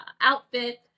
outfit